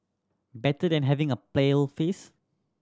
better than having a pale face